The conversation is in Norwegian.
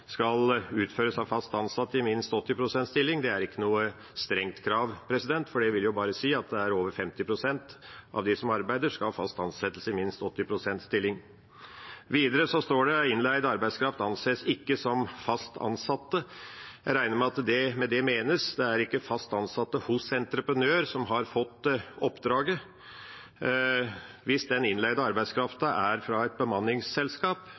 skal utføres av fast ansatte i minst 80 pst. stilling, det er ikke noe strengt krav, for det vil jo bare si at over 50 pst. av dem som arbeider, skal ha fast ansettelse i minst 80 pst. stilling. Videre står det at innleid arbeidskraft ikke anses som fast ansatte. Jeg regner med at det med det menes at det ikke er fast ansatte hos entreprenør som har fått oppdraget. Hvis den innleide arbeidskraften er fra et bemanningsselskap,